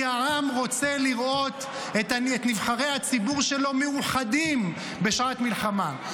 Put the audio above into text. כי העם רוצה לראות את נבחרי הציבור שלו מאוחדים בשעת מלחמה.